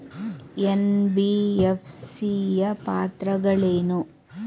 NBFC ಯ ಪಾತ್ರಗಳೇನು?